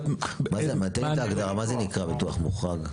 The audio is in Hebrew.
תן לי את ההגדרה ניתוח מוחרג?